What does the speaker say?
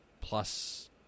plus